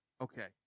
Okay